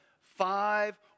five